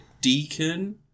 Deacon